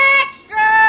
extra